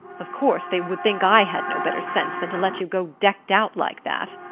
of course they would think i had no better sense than to let you go decked out like that.